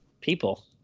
People